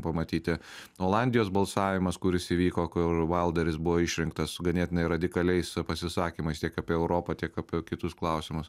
pamatyti olandijos balsavimas kuris įvyko kur valderis buvo išrinktas su ganėtinai radikaliais pasisakymais tiek apie europą tiek apie kitus klausimus